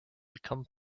become